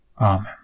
Amen